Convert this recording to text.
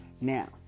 Now